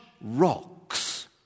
rocks